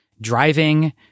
driving